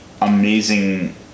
amazing